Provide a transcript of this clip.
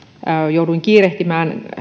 jouduin kiirehtimään